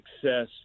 success